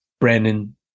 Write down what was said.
Brandon